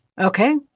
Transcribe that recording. Okay